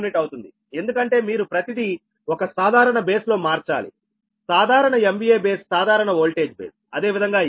అవుతుంది ఎందుకంటే మీరు ప్రతిదీ ఒక సాధారణ బేస్ లో మార్చాలిసాధారణ MVA బేస్ సాధారణ ఓల్టేజ్ బేస్